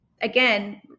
again